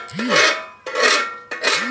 UPI के लिए कौन कौन सी एप्लिकेशन हैं?